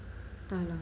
entah lah